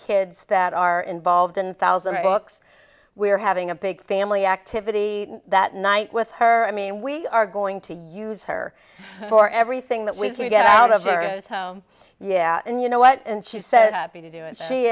kids that are involved in thousand books we're having a big family activity that night with her i mean we are going to use her for everything that we get out of her those home yeah and you know what and she said to do and she